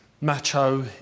macho